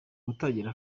gutangira